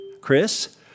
Chris